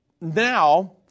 now